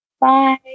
Bye